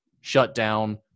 shutdown